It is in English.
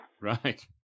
Right